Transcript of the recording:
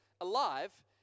alive